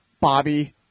Bobby